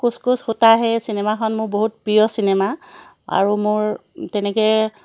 কুচ কুচ হোতা হ্যে চিনেমাখন মোৰ বহুত প্ৰিয় চিনেমা আৰু মোৰ তেনেকৈ